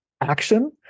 action